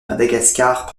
madagascar